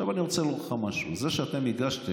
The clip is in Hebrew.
עכשיו אני רוצה לומר לך משהו: זה שאתם הגשתם,